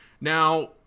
Now